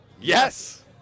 Yes